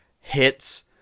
hits